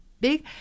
big